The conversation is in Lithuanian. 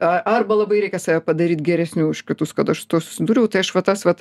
a arba labai reikia save padaryt geresniu už kitus kad aš su tuo susidūriau tai aš vat tas vat